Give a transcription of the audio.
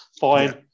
fine